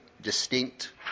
distinct